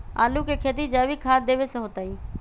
आलु के खेती जैविक खाध देवे से होतई?